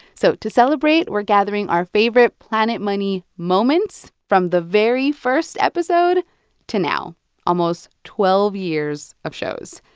so to celebrate, we're gathering our favorite planet money moments from the very first episode to now almost twelve years of shows.